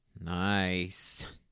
Nice